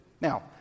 Now